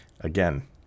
again